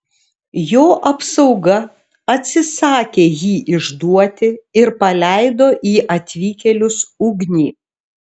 jo apsauga atsisakė jį išduoti ir paleido į atvykėlius ugnį